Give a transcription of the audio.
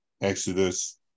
Exodus